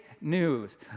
news